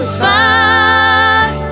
fire